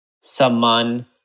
saman